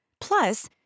Plus